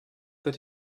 that